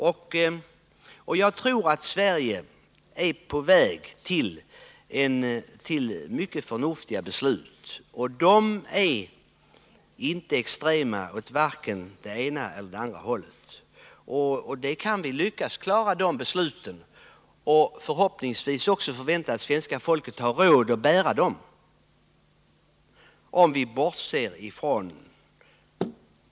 Sverige är, enligt min mening, på väg mot mycket förnuftiga beslut, och de är inte extrema, varken åt det ena eller det andra hållet. Vi kan lyckas klara de besluten. Förhoppningsvis har svenska folket råd att bära utgiftsbördan.